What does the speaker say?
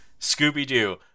scooby-doo